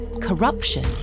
corruption